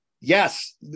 yes